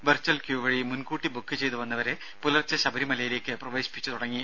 virtual queue വഴി മുൻകൂട്ടി book ചെയ്ത് വന്നവരെ പുലർച്ചെ ശബരിമലയിലേക്ക് പ്രവേശിപ്പിച്ച് തുടങ്ങി